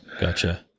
Gotcha